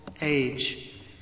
age